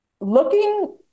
looking